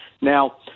Now